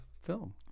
film